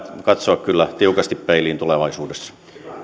katsoa kyllä tiukasti peiliin tulevaisuudessa